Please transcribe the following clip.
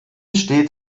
steht